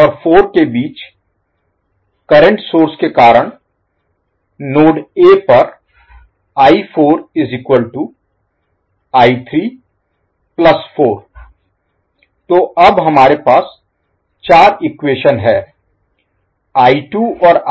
और 4 के बीच करंट सोर्स स्रोत Source के कारण नोड ए पर तो अब हमारे पास चार इक्वेशन हैं